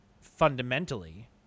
fundamentally